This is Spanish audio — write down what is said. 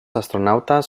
astronautas